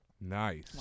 Nice